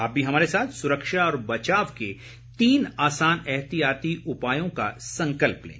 आप भी हमारे साथ सुरक्षा और बचाव के तीन आसान एहतियाती उपायों का संकल्प लें